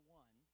one